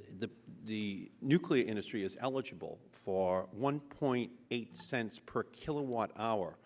o the nuclear industry is eligible for one point eight cents per kilowatt hour